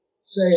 say